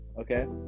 Okay